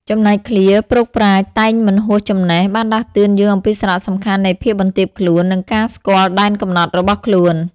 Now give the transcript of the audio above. ចំណែកឃ្លា "ព្រោកប្រាជ្ញ តែងមិនហួសចំណេះ" បានដាស់តឿនយើងអំពីសារៈសំខាន់នៃភាពបន្ទាបខ្លួន និងការស្គាល់ដែនកំណត់របស់ខ្លួន។